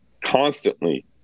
constantly